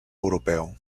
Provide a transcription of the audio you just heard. europeu